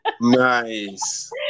Nice